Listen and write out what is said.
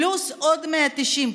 פלוס עוד 190,